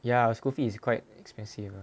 ya school fee is quite expensive